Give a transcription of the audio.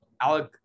Alec